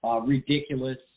ridiculous